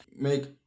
make